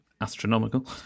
astronomical